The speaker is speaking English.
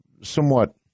somewhat